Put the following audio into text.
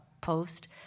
Post